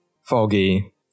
foggy